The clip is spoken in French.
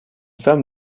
femme